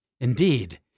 Indeed